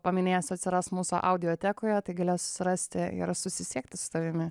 paminėsiu atsiras mūsų audiotekoje tai galės rasti ir susisiekti su tavimi